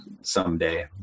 someday